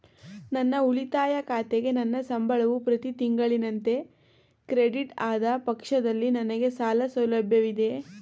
ನನ್ನ ಉಳಿತಾಯ ಖಾತೆಗೆ ನನ್ನ ಸಂಬಳವು ಪ್ರತಿ ತಿಂಗಳಿನಂತೆ ಕ್ರೆಡಿಟ್ ಆದ ಪಕ್ಷದಲ್ಲಿ ನನಗೆ ಸಾಲ ಸೌಲಭ್ಯವಿದೆಯೇ?